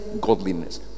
godliness